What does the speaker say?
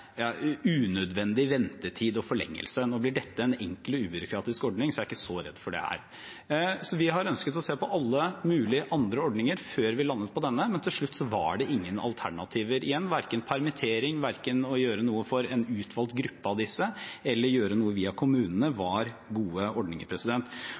unødvendig ventetid og forlengelse. Nå blir dette en enkel og ubyråkratisk ordning, så jeg er ikke så redd for det her. Vi har ønsket å se på alle mulige andre ordninger før vi landet på denne, men til slutt var det ingen alternativer igjen – verken permittering, å gjøre noe for en utvalgt gruppe av disse, eller å gjøre noe via kommunene